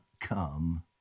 come